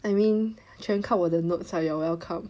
I mean 全靠我的 notes ah you're welcome